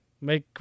make